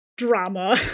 drama